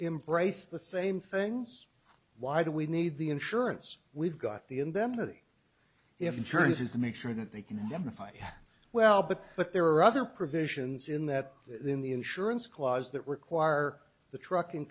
embrace the same things why do we need the insurance we've got the indemnity insurance is to make sure that they can identify well but but there are other provisions in that the in the insurance clause that require the trucking